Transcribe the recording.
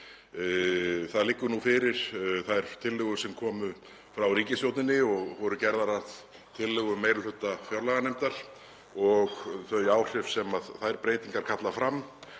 liggja nú fyrir sem komu frá ríkisstjórninni og voru gerðar að tillögu meiri hluta fjárlaganefndar og þau áhrif sem þær breytingar kalla fram